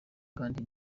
kandi